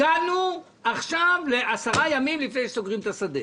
הגענו עכשיו לעשרה ימים לפני שסוגרים את השדה.